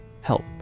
help